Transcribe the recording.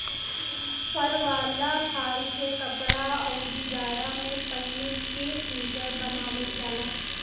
फर वाला खाल से कपड़ा, अउरी जाड़ा में पहिने के सुईटर बनावल जाला